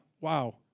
wow